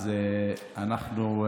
אז אנחנו,